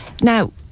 Now